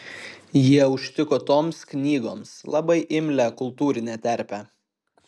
jie užtiko toms knygoms labai imlią kultūrinę terpę